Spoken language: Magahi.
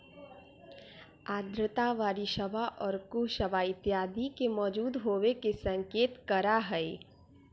आर्द्रता बरिशवा और कुहसवा इत्यादि के मौजूद होवे के संकेत करा हई